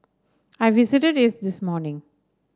I visited it this morning